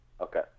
Okay